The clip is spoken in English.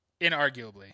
Inarguably